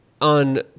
on